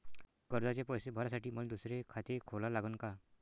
कर्जाचे पैसे भरासाठी मले दुसरे खाते खोला लागन का?